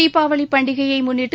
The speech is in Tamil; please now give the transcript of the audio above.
தீபாவளி பண்டிகையை முன்னிட்டு